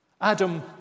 Adam